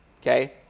Okay